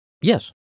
Yes